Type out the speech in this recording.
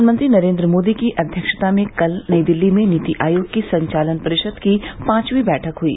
प्रधानमंत्री नरेन्द्र मोदी की अध्यक्षता में कल नई दिल्ली में नीति आयोग की संचालन परिषद की पांचवीं बैठक हुई